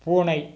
பூனை